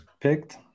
picked